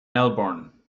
melbourne